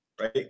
right